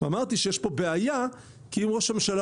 אמרתי שיש פה בעיה כי אם ראש הממשלה,